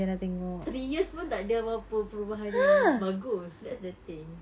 three years pun tak ada apa-apa perubahan yang bagus that's the thing